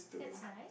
that's nice